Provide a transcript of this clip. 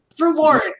reward